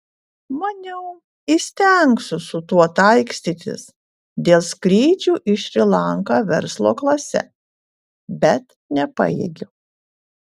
maniau įstengsiu su tuo taikstytis dėl skrydžių į šri lanką verslo klase bet nepajėgiau